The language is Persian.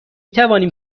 توانیم